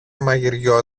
μαγειριό